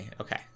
okay